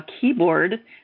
keyboard